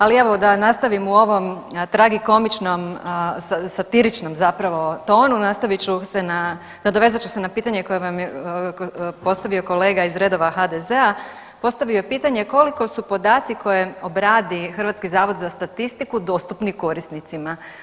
Ali evo da nastavim u ovom tragikomičnom satiričnom zapravo tonu, nastavit ću se na, nadovezat ću se na pitanje koje vam je postavio kolega iz redova HDZ-a, postavio je pitanje koliko su podaci koje obradi Hrvatski zavod za statistiku dostupni korisnicima?